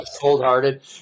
cold-hearted